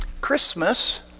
Christmas